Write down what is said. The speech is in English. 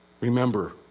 Remember